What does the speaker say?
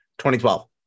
2012